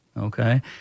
okay